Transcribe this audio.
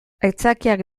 aitzakiak